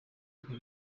ibi